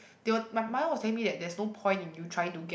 they will my mother was telling me that there's no point in you trying to get